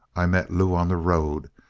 i met lew on the road,